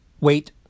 wait